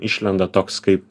išlenda toks kaip